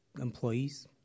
employees